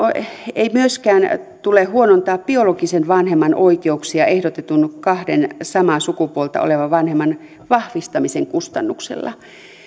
ei myöskään tule huonontaa biologisen vanhemman oikeuksia ehdotetun kahden samaa sukupuolta olevan vanhemman vahvistamisen kustannuksella